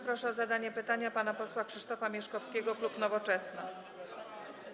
Proszę o zadanie pytania pana posła Krzysztofa Mieszkowskiego, klub Nowoczesna.